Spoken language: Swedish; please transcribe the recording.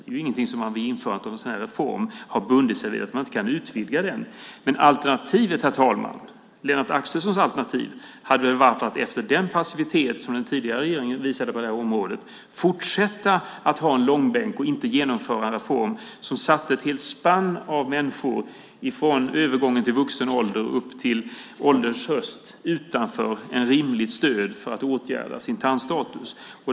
Man har inte vid införandet av en sådan här reform bundit sig vid att inte utvidga den. Lennart Axelssons alternativ, herr talman, hade väl varit att efter den passivitet som den tidigare regeringen visade på området fortsätta att ha en långbänk och inte genomföra en reform som satte ett helt spann av människor från övergång till vuxen ålder fram till ålderns höst utanför ett rimligt stöd för att åtgärda deras tandstatus.